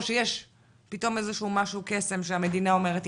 או שיש פתאום איזה שהוא קסם והמדינה אומרת,